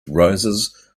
roses